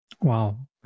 Wow